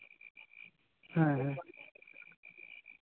ᱦᱮᱸ ᱦᱮᱸ